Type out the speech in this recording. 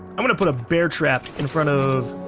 i'm gonna put a bear trap in front of.